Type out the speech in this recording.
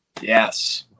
Yes